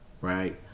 Right